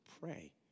pray